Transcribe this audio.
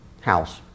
house